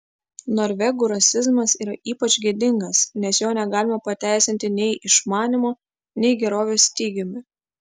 norvegų rasizmas yra ypač gėdingas nes jo negalima pateisinti nei išmanymo nei gerovės stygiumi